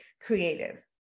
creative